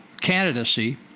candidacy